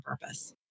purpose